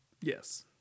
Yes